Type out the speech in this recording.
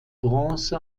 bronze